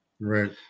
right